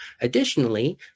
Additionally